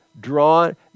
drawn